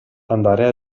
andare